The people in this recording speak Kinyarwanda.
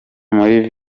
muri